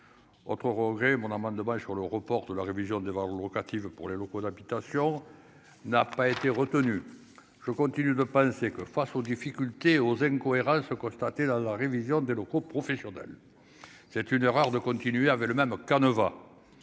autre regret mon amende globale sur le report de la révision de voir locatives pour les locaux d'habitation n'a pas été retenu, je continue de penser que, face aux difficultés et aux incohérences constatées dans la révision de locaux professionnels, c'est une erreur de continuer avec le même canevas,